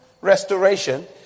restoration